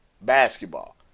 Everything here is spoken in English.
basketball